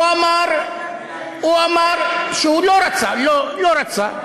הוא אמר שהוא לא רצה לא, לא רצה.